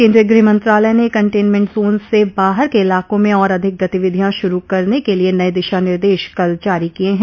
केन्द्रीय गृह मंत्रालय ने कंटेन्मेंट जोन से बाहर के इलाकों में और अधिक गतिविधियां शुरू करने के लिए नये दिशा निर्देश कल जारी किये हैं